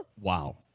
Wow